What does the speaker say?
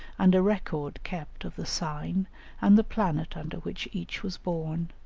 and a record kept of the sign and the planet under which each was born,